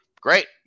great